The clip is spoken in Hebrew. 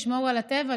לשמור על הטבע,